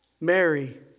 Mary